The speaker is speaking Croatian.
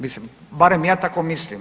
Mislim, barem ja tako mislim.